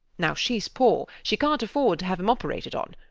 now she's poor. she cant afford to have him operated on.